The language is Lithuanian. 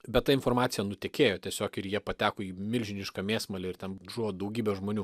bet ta informacija nutekėjo tiesiog ir jie pateko į milžinišką mėsmalę ir ten žuvo daugybė žmonių